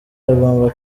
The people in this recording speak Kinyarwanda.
agomba